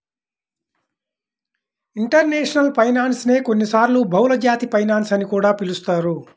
international finance నే కొన్నిసార్లు బహుళజాతి ఫైనాన్స్ అని కూడా పిలుస్తారు